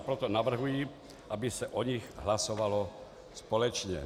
Proto navrhuji, aby se o nich hlasovalo společně.